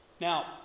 Now